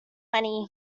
money